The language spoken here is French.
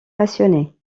passionné